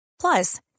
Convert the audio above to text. Plus